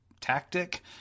Tactic